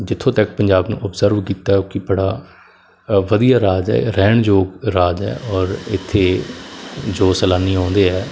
ਜਿੱਥੋਂ ਤੱਕ ਪੰਜਾਬ ਨੂੰ ਓਬਜਰਵ ਕੀਤਾ ਕਿ ਉਹ ਬੜਾ ਵਧੀਆ ਰਾਜ ਹੈ ਰਹਿਣ ਯੋਗ ਰਾਜ ਹੈ ਔਰ ਇੱਥੇ ਜੋ ਸੈਲਾਨੀ ਆਉਂਦੇ ਹੈ